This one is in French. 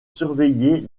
surveiller